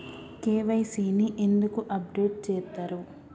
KYC ని ఎందుకు update చేత్తరు?